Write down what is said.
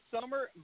summer